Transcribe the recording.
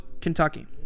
Kentucky